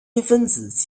分子